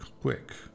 quick